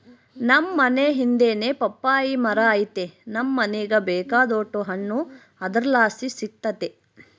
ನಮ್ ಮನೇ ಹಿಂದೆನೇ ಪಪ್ಪಾಯಿ ಮರ ಐತೆ ನಮ್ ಮನೀಗ ಬೇಕಾದೋಟು ಹಣ್ಣು ಅದರ್ಲಾಸಿ ಸಿಕ್ತತೆ